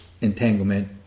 entanglement